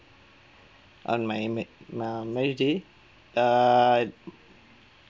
on my ma~ um marriage day err